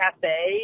cafe